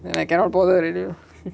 then I cannot bother already